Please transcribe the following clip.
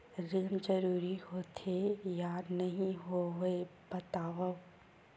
ऋण जरूरी होथे या नहीं होवाए बतावव?